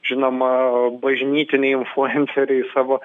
žinoma bažnytiniai influenceriai savo